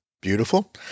Beautiful